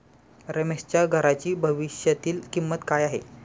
रमेशच्या घराची भविष्यातील किंमत काय आहे?